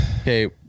Okay